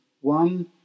one